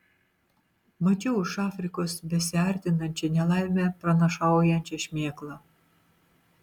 mačiau iš afrikos besiartinančią nelaimę pranašaujančią šmėklą